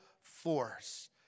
force